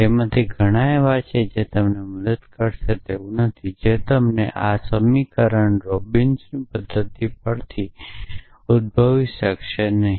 તેમાંથી ઘણા એવા છે જેની મદદથી તમે ક્યારેય આ સમીકરણ રોબિન્સનની પદ્ધતિ દ્વારા મેળવી શકશો નહીં